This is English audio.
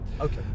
okay